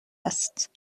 است